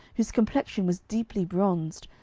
whose complexion was deeply bronzed,